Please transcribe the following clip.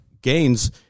gains